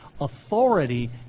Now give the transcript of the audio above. Authority